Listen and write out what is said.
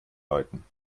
läuten